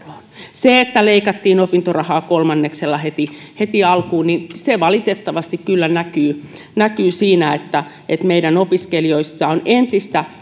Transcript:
se että leikattiin opintorahaa kolmanneksella heti heti alkuun valitettavasti kyllä näkyy näkyy siinä että meidän opiskelijoissa on entistä